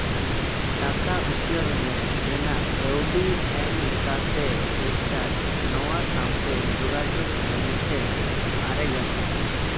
ᱴᱟᱠᱟ ᱩᱪᱟᱹᱲ ᱢᱮ ᱨᱮᱱᱟᱜ ᱠᱟᱹᱣᱰᱤ ᱮᱢ ᱞᱮᱠᱟᱛᱮ ᱥᱤᱥᱴᱟᱨ ᱱᱚᱣᱟ ᱥᱟᱶᱛᱮ ᱡᱳᱜᱟᱡᱳᱜ ᱞᱟᱹᱜᱤᱫ ᱛᱮ ᱟᱨᱮ ᱜᱮᱥᱟᱭ